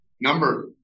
Number